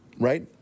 right